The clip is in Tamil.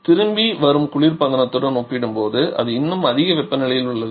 திரும்பி வரும் குளிர்பதனத்துடன் ஒப்பிடும்போது அது இன்னும் அதிக வெப்பநிலையில் உள்ளது